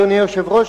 אדוני היושב-ראש,